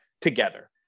together